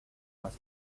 was